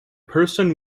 person